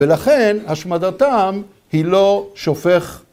‫ולכן, השמדתם היא לא שופך...